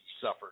suffered